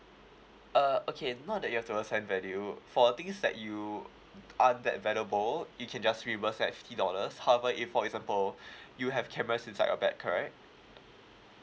uh okay not that you have to assign value for things that you aren't that valuable we can just reimburse like fifty dollars however if for example you have cameras inside your bag correct